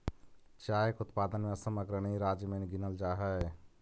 चाय के उत्पादन में असम अग्रणी राज्य में गिनल जा हई